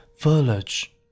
village